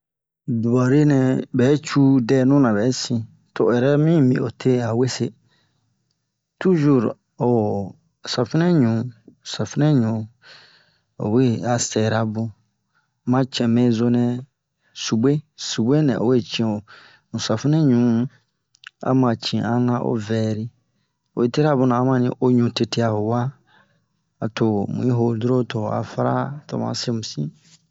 dubare nɛ bɛ cu dɛnu na bɛsin to o yɛrɛmi mi ote a wese tujur o ho safinɛ ɲu safinɛ ɲu owe a sɛra bun ma cɛnmɛ zo nɛ subwe subwe nɛ o we cin o mu safinɛ ɲu ama ci'a na o vɛri oyi tira buna a mani o ɲu tete'a ho wa ato ho mui ho doron to ho'a fara to mu'a sewusi